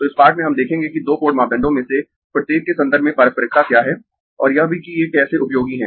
तो इस पाठ में हम देखेंगें कि दो पोर्ट मापदंडों में से प्रत्येक के संदर्भ में पारस्परिकता क्या है और यह भी कि ये कैसे उपयोगी है